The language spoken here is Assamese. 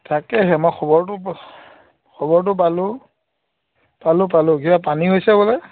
তাকেহে মই খবৰটো খবৰটো পালোঁ পালোঁ পালোঁ কিবা পানী হৈছে বোলে